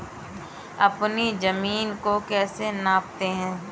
अपनी जमीन को कैसे नापते हैं?